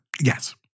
Yes